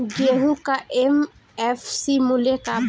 गेहू का एम.एफ.सी मूल्य का बा?